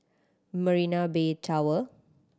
Marina Bay Tower